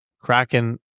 Kraken